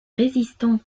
résistants